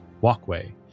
walkway